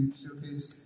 showcase